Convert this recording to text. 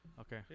Okay